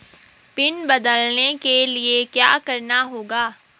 Pin बदलने के लिए क्या करना होगा?